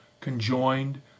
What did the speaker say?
conjoined